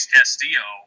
Castillo